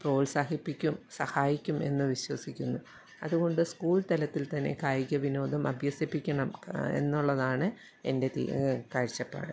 പ്രോത്സാഹിപ്പിക്കും സഹായിക്കും എന്ന് വിശ്വസിക്കുന്നു അതുകൊണ്ട് സ്കൂൾ തലത്തിൽത്തന്നെ കായികവിനോദം അഭ്യസിപ്പിക്കണം എന്നുള്ളതാണ് എൻ്റെ തീ കാഴ്ചപ്പാട്